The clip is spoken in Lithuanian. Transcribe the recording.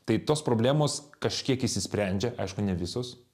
tai tos problemos kažkiek išsisprendžia aišku ne visos